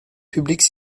publique